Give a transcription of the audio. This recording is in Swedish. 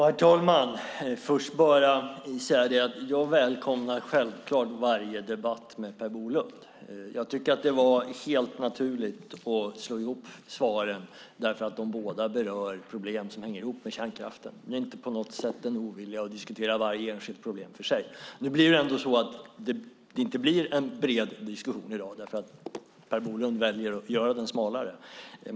Herr talman! Jag välkomnar självklart varje debatt med Per Bolund. Jag tycker att det var helt naturligt att slå ihop svaren därför att de båda berör problem som hänger ihop med kärnkraften. Det finns inte på något sätt en ovilja att diskutera varje enskilt problem för sig. Nu blir det ändå inte en bred diskussion i dag därför att Per Bolund väljer att göra den smalare.